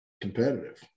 Competitive